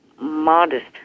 modest